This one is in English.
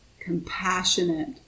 compassionate